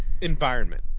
environment